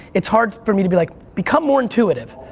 it's hard for me to be like, become more intuitive.